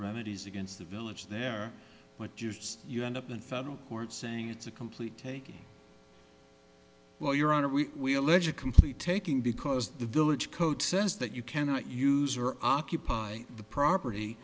remedies against the village there but just you end up in federal court saying it's a complete taking well your honor we allege a complete taking because the village code says that you cannot use or occupy the property